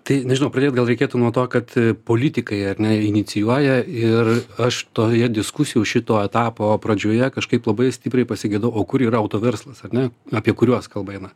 tai nežinau pradėt gal reikėtų nuo to kad politikai ar ne inicijuoja ir aš toje diskusijų šito etapo pradžioje kažkaip labai stipriai pasigedau o kur yra autoverslas ar ne apie kuriuos kalba eina